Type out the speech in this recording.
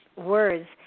words